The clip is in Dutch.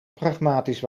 pragmatisch